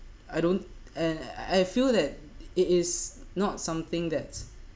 I don't ai~ I feel that it is not something that